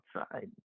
outside